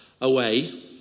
away